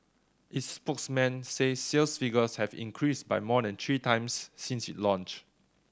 its spokesman says sales figures have increased by more than three times since it launched